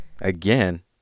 Again